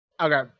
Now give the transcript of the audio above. Okay